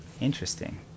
Interesting